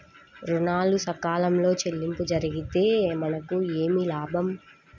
ఋణాలు సకాలంలో చెల్లింపు జరిగితే మనకు ఏమి లాభం?